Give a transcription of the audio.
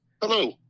hello